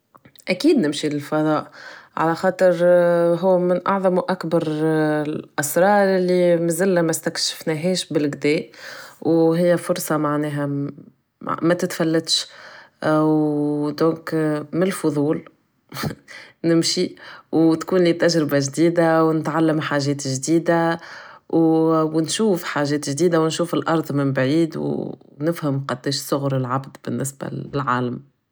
اكيد نمشي للفضاء على خاطر هو من اعظم و اكبر الاسرار اللي مزلنا مستكشفناهاش بلڨدا و هي فرصة معناها متتفلتش و donc ملفضول نمشي و تكونلي تجربة حديدة و نتعلم حاجات جديدة و نشوف حاجات جديدة و نشوف الارض من بعيد و نفهم قداه صغر العبد بالنسبة للعالم